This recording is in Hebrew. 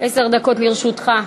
עשר דקות לרשותך.